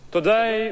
Today